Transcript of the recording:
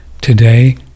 today